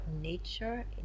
nature